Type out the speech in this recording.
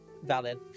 valid